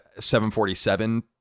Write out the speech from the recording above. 747